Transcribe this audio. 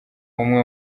umwe